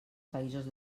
països